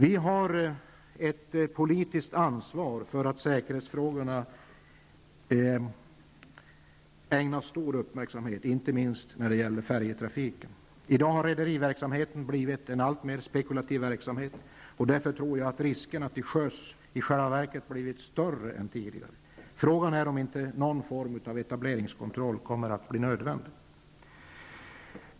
Vi har ett politiskt ansvar för att säkerhetsfrågorna ägnas stor uppmärksamhet, inte minst vad gäller färjetrafiken. I dag har rederiverksamhet blivit en alltmer spekulativ verksamhet, och därför tror jag att riskerna till sjöss i själva verket blivit större än tidigare. Frågan är om inte någon form av etableringskontroll kommer att bli nödvändig.